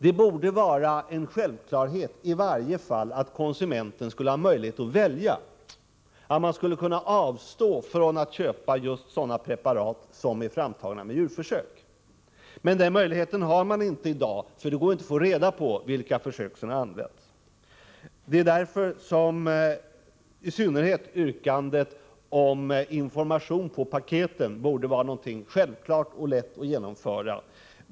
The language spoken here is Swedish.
Det borde vara en självklarhet i varje fall att konsumenten skulle ha möjlighet att välja att avstå från att köpa sådana preparat som är framtagna med djurförsök. Den möjligheten har man inte i dag. Det går inte att få reda på vilka försök som gjorts. Därför borde i synnerhet yrkandet om information på paketen vara självklar och lätt att genomföra.